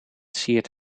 siert